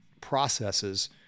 processes